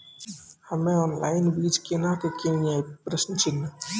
हम्मे ऑनलाइन बीज केना के किनयैय?